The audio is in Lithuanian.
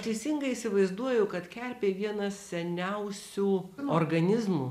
teisingai įsivaizduoju kad kerpė vienas seniausių organizmų